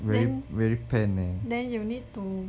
then then you need to